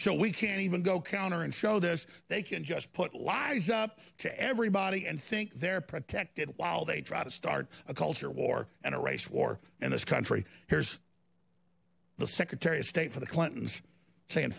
so we can even go counter and show this they can just put lies up to everybody and think they're protected while they try to start a culture war and a race war and this country here's the secretary of state for the clintons